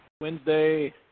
Wednesday